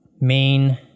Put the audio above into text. main